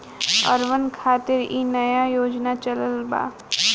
urban खातिर इ नया योजना चलल बा